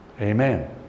amen